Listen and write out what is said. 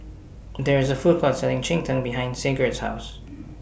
There IS A Food Court Selling Cheng Tng behind Sigurd's House